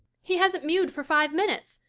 he hasn't mewed for five minutes.